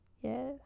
Yes